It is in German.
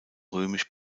römisch